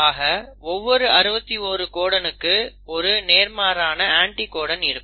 ஆக ஒவ்வொரு 61 கோடனுக்கு ஒரு நேர்மாறான அண்டிகோடன் இருக்கும்